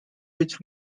his